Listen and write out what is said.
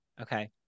Okay